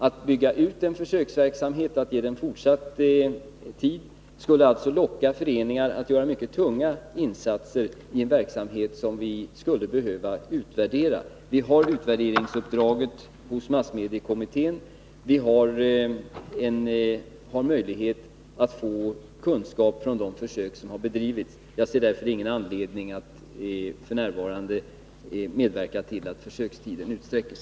Att förlänga den skulle locka föreningar att göra stora insatser i en verksamhet som vi behöver utvärdera. Närradiokommittén har utvärderingsuppdraget, och vi har därmed möjlighet att få kunskap om de försök som har bedrivits. Jag ser därför ingen anledning att f. n. medverka till att försökstiden utsträcks.